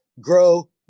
grow